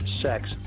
sex